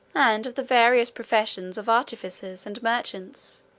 and of the various professions of artificers and merchants,